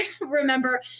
remember